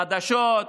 חדשות,